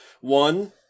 One